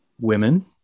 women